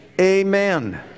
amen